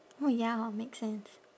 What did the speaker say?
oh ya hor makes sense